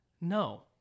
No